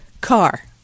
Car